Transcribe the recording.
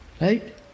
Right